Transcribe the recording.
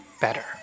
better